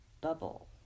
bubble